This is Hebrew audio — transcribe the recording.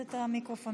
מטבע הדברים